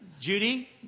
Judy